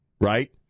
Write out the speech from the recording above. right